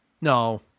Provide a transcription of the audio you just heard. no